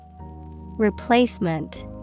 Replacement